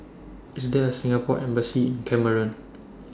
IS There A Singapore Embassy in Cameroon